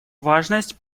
важность